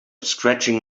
stretching